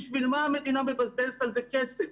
בשביל מה המדינה מבזבזת על זה כסף?